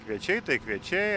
kviečiai tai kviečiai